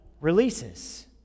releases